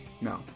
no